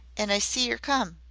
an' i see yer come.